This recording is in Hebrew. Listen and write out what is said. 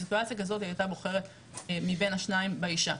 בסיטואציה כזאת היא היתה בוחרת מבין השניים באשה.